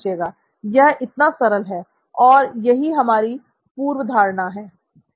यह इतना सरल है और यही हमारी पूर्वधारणा है